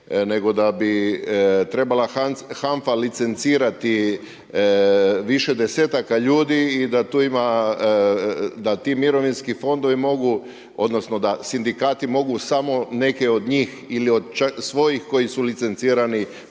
nego da bi trebala HANFA licencirati više desetaka ljudi i da tu ima, da ti mirovinski fondovi, mogu, odnosno, da sindikati mogu samo neke od njih, ili čak svojih koji su licencirali